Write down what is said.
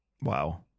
Wow